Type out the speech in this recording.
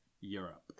Europe